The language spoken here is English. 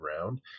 round